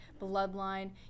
bloodline